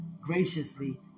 graciously